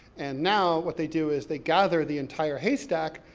and now, what they do is, they gather the entire haystack,